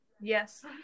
Yes